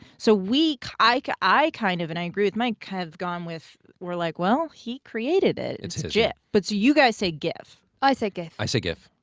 so we like i i kind of, and i agree with mike, have gone with we're like, well, he created it, it's jiff. but so you guys say gif? i say gif. i say gif.